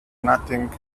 nothing